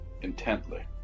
intently